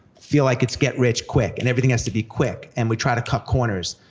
feel like it's get rich quick, and everything has to be quick, and we try to cut corners,